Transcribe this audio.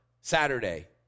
Saturday